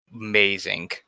amazing